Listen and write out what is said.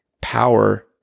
power